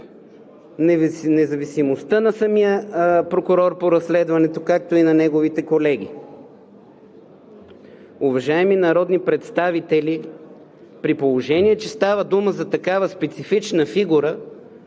независимостта на самия прокурор по разследването, както и на неговите колеги. Уважаеми народни представители, при положение че става дума за такава специфична фигура